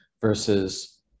versus